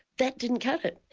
that didn't cut it.